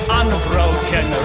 unbroken